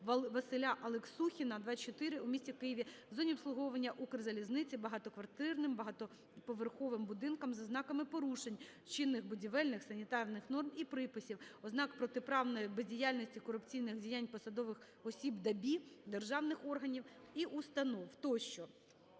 Василя Алексухіна, 24 у місті Києві, у зоні обслуговування Укрзалізниці, багатоквартирним багатоповерховим будинком з ознаками порушень чинних будівельних, санітарних норм і приписів, ознак протиправної бездіяльності і корупційних діянь посадових осіб ДАБІ, державних органів і установ тощо.